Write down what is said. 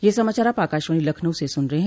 ब्रे क यह समाचार आप आकाशवाणी लखनऊ से सुन रहे हैं